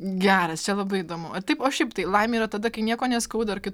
geras čia labai įdomu a taip o šiaip tai laimė yra tada kai nieko neskauda ar kai